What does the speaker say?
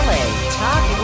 Talk